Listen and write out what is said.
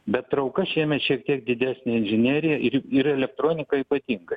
bet trauka šiemet šiek tiek didesnė inžinerijai ir elektronikai ypatingai